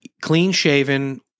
clean-shaven